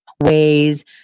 Ways